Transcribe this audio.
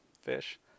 fish